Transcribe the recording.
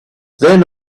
then